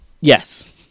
Yes